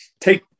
take